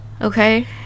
Okay